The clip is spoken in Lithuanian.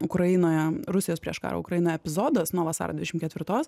ukrainoje rusijos prieš karą ukrainoje epizodas nuo vasario dvidešim ketvirtos